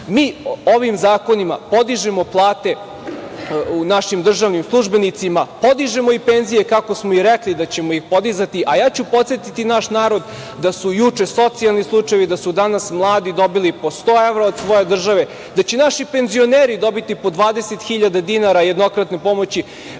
Mi ovim zakonima podižemo palate našim državnim službenicima, podižemo i penzije kako smo i rekli da ćemo ih podizati, a ja ću podsetiti naš narod da su juče socijalni slučajevi, da su danas mladi dobili po 100 evra od svoje države, da će naši penzioneri dobiti po 20.000 dinara jednokratne pomoći